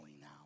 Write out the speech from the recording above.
now